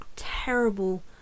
terrible